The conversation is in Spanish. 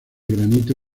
granito